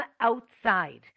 outside